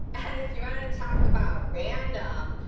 and if you want to talk about random,